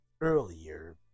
Earlier